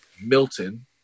milton